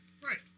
Right